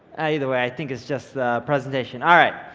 either way, i think it's just the presentation. all right,